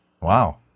Wow